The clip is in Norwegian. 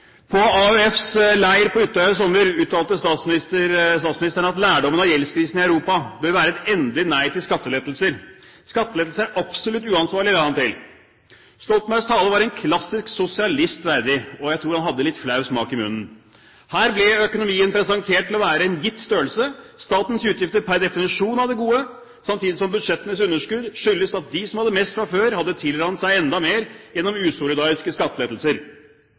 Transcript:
På AUFs leir på Utøya i sommer uttalte statsministeren at lærdommen av gjeldskrisen i Europa bør være et endelig nei til skattelettelser. Skattelettelser er absolutt uansvarlig, la han til. Stoltenbergs tale var en klassisk sosialist verdig, og jeg tror han hadde litt flau smak i munnen. Her ble økonomien presentert til å være en gitt størrelse, statens utgifter per definisjon av det gode, samtidig som budsjettenes underskudd skyldes at de som hadde mest fra før, hadde tilranet seg enda mer gjennom usolidariske skattelettelser.